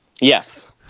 Yes